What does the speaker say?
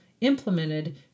implemented